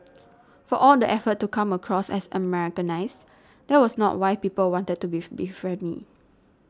for all the effort to come across as Americanised that was not why people wanted to befriend me